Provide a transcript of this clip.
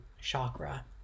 chakra